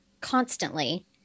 constantly